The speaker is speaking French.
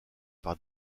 par